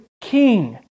king